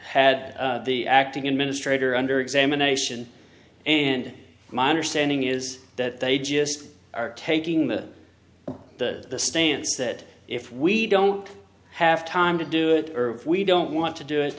d the acting administrator under examination and my understanding is that they just are taking the the stance that if we don't have time to do it or if we don't want to do it